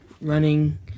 running